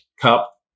Cup